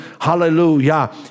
Hallelujah